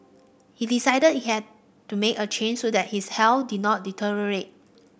he decided he had to make a change so that his health did not deteriorate